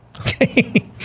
okay